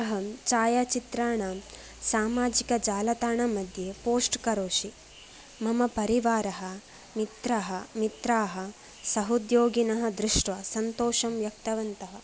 अहं छायाचित्राणां सामाजिकजालताणमध्ये पोस्ट् करोषि मम परिवारः मित्रः मित्राः सहोद्योगिनः दृष्ट्वा सन्तोषं व्यक्तवन्तः